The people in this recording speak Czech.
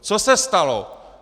Co se stalo?